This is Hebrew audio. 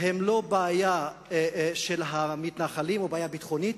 הם לא בעיה של המתנחלים או בעיה ביטחונית.